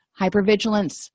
Hypervigilance